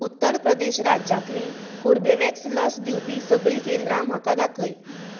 उत्तर प्रदेश राज्यांतलीं कोर्बेवॅक्स लस दिवपी सगळीं केंद्रां म्हाका दाखय